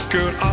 Girl